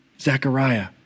Zechariah